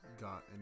got